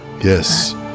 Yes